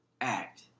act